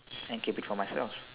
and keep it for myself